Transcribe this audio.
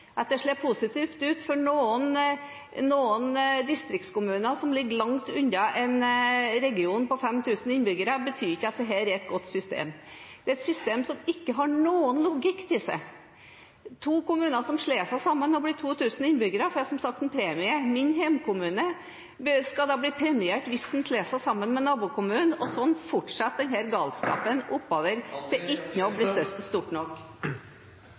At det slår positivt ut for noen distriktskommuner som ligger langt unna en region med 5 000 innbyggere, betyr ikke at dette er et godt system. Det er et system som ikke har noen logikk i seg. To kommuner som slår seg sammen og blir 2 000 innbyggere, får som sagt en premie. Min hjemkommune blir premiert hvis den slår seg sammen med nabokommunen. Sånn fortsetter denne galskapen oppover